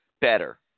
better